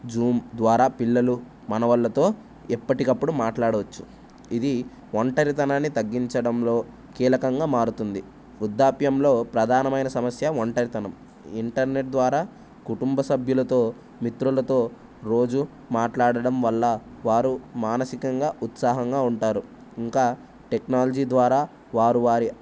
Zoom ద్వారా పిల్లలు మనవళ్ళతో ఎప్పటికప్పుడు మాట్లాడవచ్చు ఇది ఒంటరితనాన్ని తగ్గించడంలో కీలకంగా మారుతుంది వృద్దాప్యంలో ప్రధానమైన సమస్య ఒంటరితనం ఇంటర్నెట్ ద్వారా కుటుంబ సభ్యులతో మిత్రులతో రోజు మాట్లాడడం వల్ల వారు మానసికంగా ఉత్సాహంగా ఉంటారు ఇంకా టెక్నాలజీ ద్వారా వారు వారి